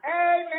Amen